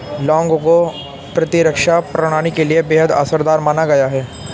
लौंग को प्रतिरक्षा प्रणाली के लिए बेहद असरदार माना गया है